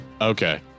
Okay